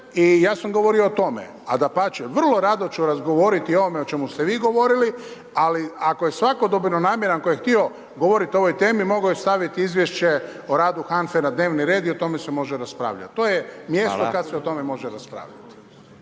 i ja sam govorio o tome. a dapače vrlo rado ću …/Govornik se ne razumije./… o ovome o čemu ste vi govorili ali ako je svatko dobronamjeran koji je htio govoriti o ovoj temi mogao je staviti izvješće o radu HANFA-e na dnevni red i o tome se može raspravljati. To je mjesto kada se o tome može raspravljati.